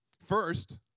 First